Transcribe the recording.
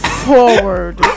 forward